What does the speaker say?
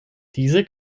diese